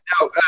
Now